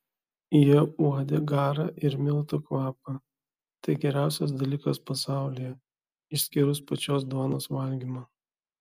jie uodė garą ir miltų kvapą tai geriausias dalykas pasaulyje išskyrus pačios duonos valgymą